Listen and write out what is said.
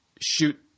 shoot